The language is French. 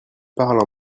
parle